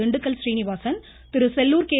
Dindigul Srinivasan Sellur K